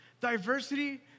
diversity